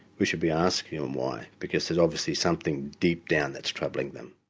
we should be asking them why, because there's obviously something deep down that's troubling them.